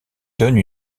donne